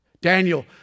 Daniel